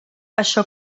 això